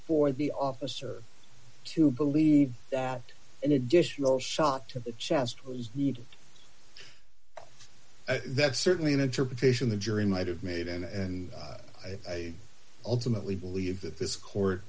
for the officer to believe that an additional shot to the chest was needed that's certainly an interpretation the jury might have made and i ultimately believe that this court